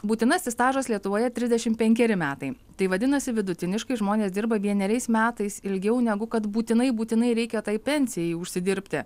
būtinasis stažas lietuvoje trisdešimt penkeri metai tai vadinasi vidutiniškai žmonės dirba vieneriais metais ilgiau negu kad būtinai būtinai reikia tai pensijai užsidirbti